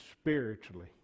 spiritually